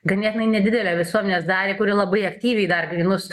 ganėtinai nedidelę visuomenės dalį kuri labai aktyviai dar grynus